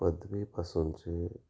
पदवीपासूनचे